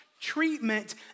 treatment